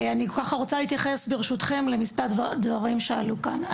אני רוצה ברשותכם להתייחס למספר דברים שעלו כאן.